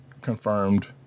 confirmed